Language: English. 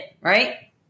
right